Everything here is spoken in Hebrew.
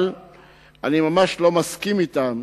אבל אני ממש לא מסכים אתם.